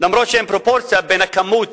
אף שאין פרופורציה בין הכמות